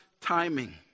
timing